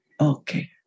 Okay